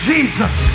Jesus